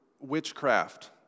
witchcraft